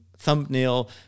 Thumbnail